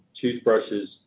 toothbrushes